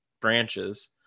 branches